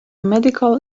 medical